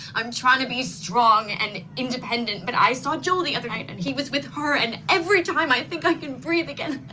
i'm trying to be strong and independent, but i saw joe the other night, and he was with her. and every time i think i can breathe again,